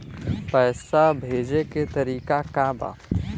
पैसा भेजे के तरीका का बा?